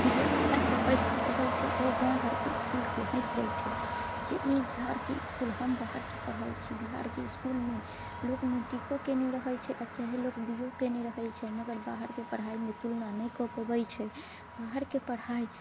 जे बाहरसँ पढ़िके अबै छै ओ गाँव घरके इसकुलके हँसि दै छै जे ई बिहारके इसकुल हम बाहरके पढ़ल छी बिहारके इसकुलमे लोक मैट्रिको केने रहै छै चाहे लोक बी ए ओ केने रहै छै मगर बाहरके पढ़ाइमे तुलना नहि कऽ पबै छै बाहरके पढ़ाइ